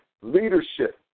leadership